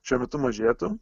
šiuo metu mažėtų